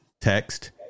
text